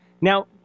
Now